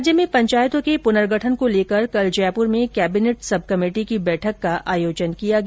राज्य में पंचायतों के पुर्नगठन को लेकर कल जयपुर में कैबिनेट सब कमेटी की बैठक का आयोजन किया गया